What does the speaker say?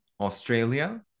Australia